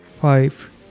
five